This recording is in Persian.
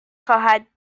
خواهد